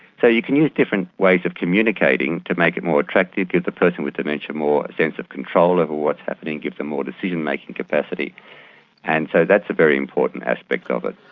so you can use different ways of communicating to make it more attractive and give the person with dementia more a sense of control over what's happening, give them more decision making capacity and so that's a very important aspect of it.